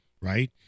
right